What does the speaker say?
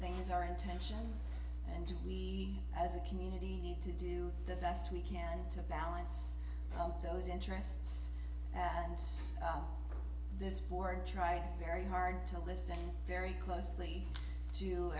things are intention and we as a community need to do the best we can to balance those interests and so this board tried very hard to listen very closely to